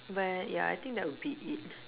but yeah I think that would be it